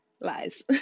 Lies